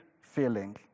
feeling